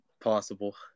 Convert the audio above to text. possible